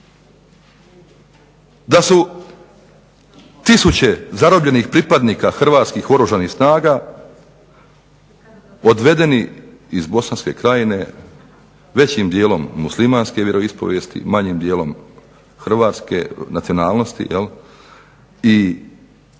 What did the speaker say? Da su tisuće zarobljenih pripadnika hrvatskih oružanih snaga odvedeni iz Bosanske Krajine, većim dijelom muslimanske vjeroispovijesti, manjim dijelom hrvatske nacionalnosti i pobijeni